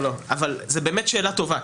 זו באמת שאלה טובה.